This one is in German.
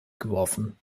geworfen